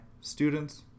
students